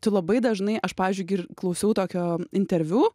tai labai dažnai aš pavyzdžiui gi ir klausiau tokio interviu